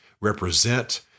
represent